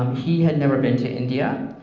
um he had never been to india,